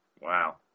Wow